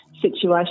situation